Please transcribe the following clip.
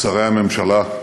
שרי הממשלה,